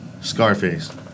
Scarface